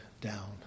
down